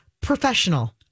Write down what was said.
professional